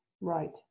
Right